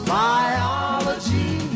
biology